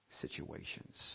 situations